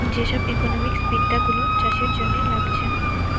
যে সব ইকোনোমিক্স বিদ্যা গুলো চাষের জন্যে লাগছে